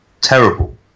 terrible